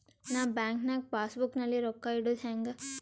ನಾ ಬ್ಯಾಂಕ್ ನಾಗ passbook ನಲ್ಲಿ ರೊಕ್ಕ ಇಡುದು ಹ್ಯಾಂಗ್?